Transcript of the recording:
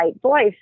voice